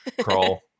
crawl